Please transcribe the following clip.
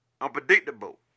unpredictable